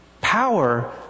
power